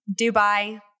Dubai